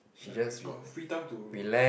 like got free time to